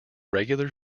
regular